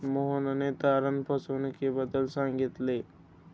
मोहनने तारण फसवणुकीबद्दल सांगितले